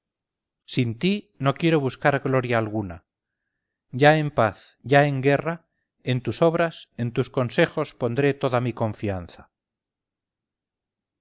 sin ti no quiero buscar gloria alguna ya en paz ya en guerra en tus obras en tus consejos pondré toda mi confianza